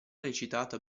recitato